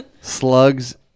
Slugs